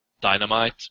dynamite